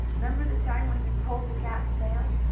member the time when he pulled the cat's tail?